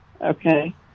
Okay